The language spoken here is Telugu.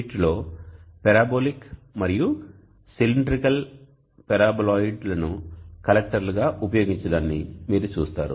వీటిలో పారాబొలిక్ మరియు సిలిండ్రికల్ పారాబోలాయిడ్ లను కలెక్టర్లుగా ఉపయోగించడాన్ని మీరు చూస్తారు